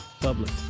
public